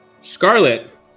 Scarlet